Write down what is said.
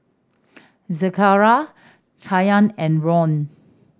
Zechariah Kanye and Ron